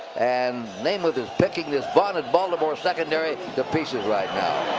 and namath is picking this vaunted baltimore secondary to pieces right now.